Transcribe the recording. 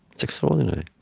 it's extraordinary